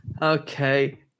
Okay